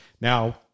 Now